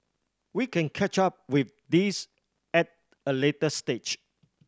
we can catch up with this at a later stage